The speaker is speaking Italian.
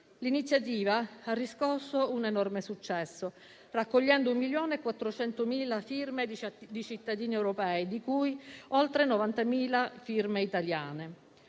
L'iniziativa ha riscosso un enorme successo, raccogliendo 1,4 milioni di firme di cittadini europei, di cui oltre 90.000 italiani.